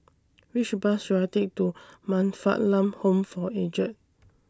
Which Bus should I Take to Man Fatt Lam Home For Aged